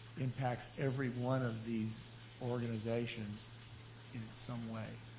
impacts every one of these organizations in some way.